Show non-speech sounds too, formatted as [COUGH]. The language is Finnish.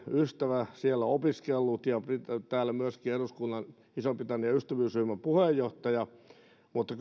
ystävä siellä opiskellut ja täällä myöskin eduskunnan ison britannian ystävyysryhmän puheenjohtaja mutta [UNINTELLIGIBLE]